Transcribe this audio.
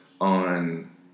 on